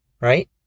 Right